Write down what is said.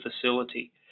facility